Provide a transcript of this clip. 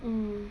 mm